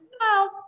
no